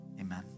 amen